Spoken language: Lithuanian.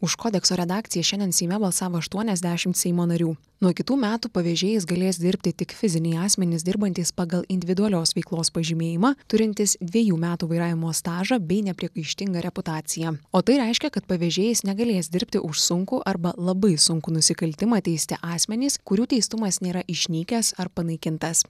už kodekso redakciją šiandien seime balsavo aštuoniasdešimt seimo narių nuo kitų metų pavežėjais galės dirbti tik fiziniai asmenys dirbantys pagal individualios veiklos pažymėjimą turintys dvejų metų vairavimo stažą bei nepriekaištingą reputaciją o tai reiškia kad pavežėjais negalės dirbti už sunkų arba labai sunkų nusikaltimą teisti asmenys kurių teistumas nėra išnykęs ar panaikintas